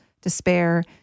despair